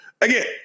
again